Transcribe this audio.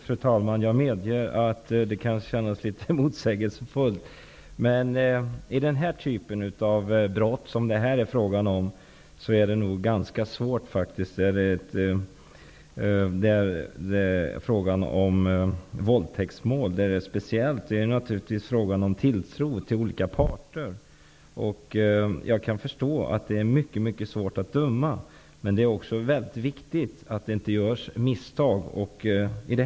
Fru talman! Jag medger att det kan verka litet motsägelsefullt. Det brott det nu är fråga om, våldtäkt, är naturligtvis speciellt. Det är fråga om tilltro till olika parter. Jag kan förstå att det är mycket, mycket svårt att döma, men det är också mycket viktigt att det inte görs misstag.